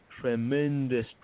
tremendous